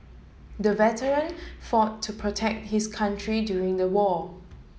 the veteran fought to protect his country during the war